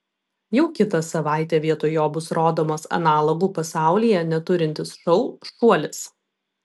jau kitą savaitę vietoj jo bus rodomas analogų pasaulyje neturintis šou šuolis